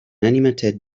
animated